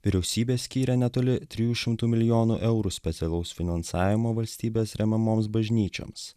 vyriausybė skyrė netoli trijų šimtų milijonų eurų specialaus finansavimo valstybės remiamoms bažnyčioms